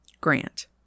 Grant